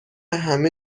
همه